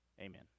Amen